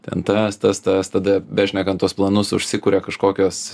ten tas tas tas tada bešnekant tuos planus užsikuria kažkokios